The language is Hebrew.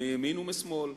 מימין ומשמאל,